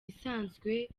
isanzwe